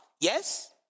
yes